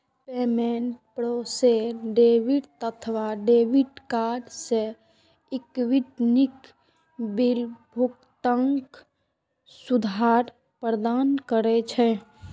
payment processor debit अथवा credit card सं electronic bill भुगतानक सुविधा प्रदान करै छै